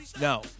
No